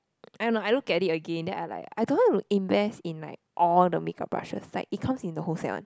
I don't know I look at it again then I like I don't want to invest in like all the make up brushes like it comes in a whole set one